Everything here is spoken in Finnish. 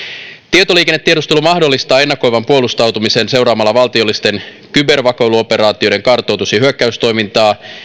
tietoliikennetiedustelu mahdollistaa ennakoivan puolustautumisen seuraamalla valtiollisten kybervakoiluoperaatioiden kartoitus ja hyökkäystoimintaa